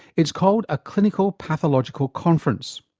it's called a clinico-pathological conference.